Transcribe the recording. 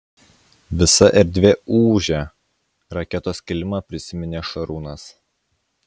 visa erdvė ūžia raketos kilimą prisiminė šarūnas